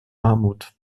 armut